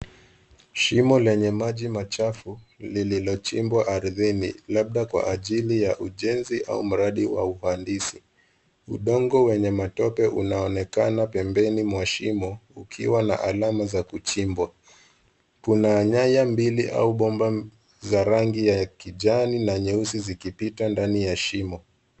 Shimo lenye maji machafu lililochimbwa ardhini labda kwa ajili ya ujenzi au mradi wa upandizi. Udongo wenye matope unaonekana pembeni mwa shimo ukiwa na alama za kuchimbwa. Kuna nyaya mbili au bomba za rangi ya kijani na nyeusi zikipita ndani ya shimo.